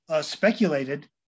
speculated